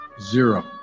zero